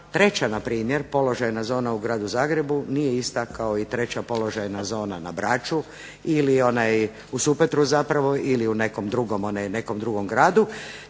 treća npr. položajna zona u Gradu Zagrebu nije ista kao i treća položajna zona na Braču ili u Supetru zapravo ili u nekom drugom gradu